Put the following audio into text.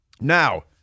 Now